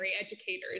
educators